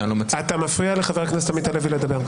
שאני לא מצליח --- אתה מפריע לחבר הכנסת עמית הלוי לדבר.